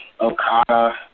Okada